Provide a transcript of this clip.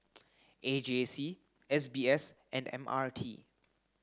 A J C S B S and M R T